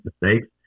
mistakes